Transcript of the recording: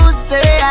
stay